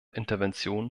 intervention